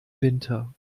winter